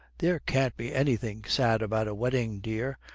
there can't be anything sad about a wedding, dear.